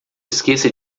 esqueça